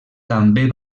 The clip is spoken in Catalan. també